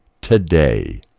today